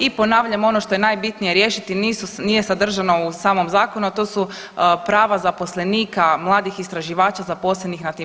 I ponavljam, ono što je najbitnije riješiti, nije sadržano u samom Zakonu, a to su prava zaposlenika mladih istraživača zaposlenih na tim